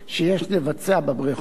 שיש לבצע בבריכות.